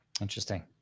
Interesting